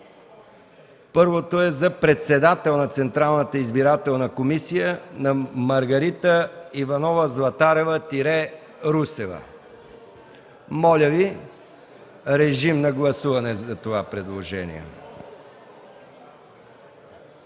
Първото е за председател на Централната избирателна комисия на Маргарита Иванова Златарева – Русева. Моля, гласувайте за това предложение.